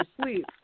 sleep